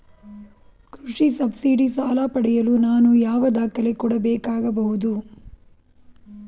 ಕೃಷಿ ಸಬ್ಸಿಡಿ ಸಾಲ ಪಡೆಯಲು ನಾನು ಯಾವ ದಾಖಲೆ ಕೊಡಬೇಕಾಗಬಹುದು?